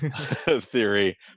theory